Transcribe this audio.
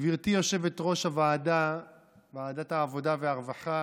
גברתי יושבת-ראש ועדת העבודה והרווחה,